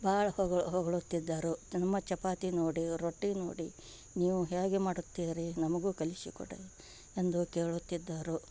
ಭಾಳ ಹೊಗಳು ಹೊಗಳುತ್ತಿದ್ದರು ನಮ್ಮ ಚಪಾತಿ ನೋಡಿ ರೊಟ್ಟಿ ನೋಡಿ ನೀವು ಹೇಗೆ ಮಾಡುತ್ತೀರಿ ನಮಗೂ ಕಲಿಸಿ ಕೊಡಿ ಎಂದು ಕೇಳುತ್ತಿದ್ದರು